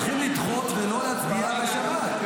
הוא אמר שהולכים לדחות ולא להצביע בשבת.